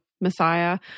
messiah